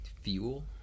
Fuel